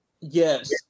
Yes